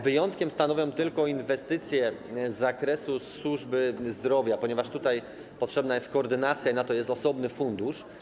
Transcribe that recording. Wyjątki stanowią tylko inwestycje z zakresu służby zdrowia, ponieważ tutaj potrzebna jest koordynacja i na to jest osobny fundusz.